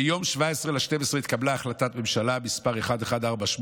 ביום 17 בדצמבר התקבלה החלטת ממשלה מס' 1148,